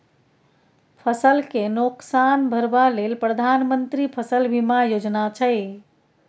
फसल केँ नोकसान भरबा लेल प्रधानमंत्री फसल बीमा योजना छै